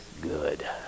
good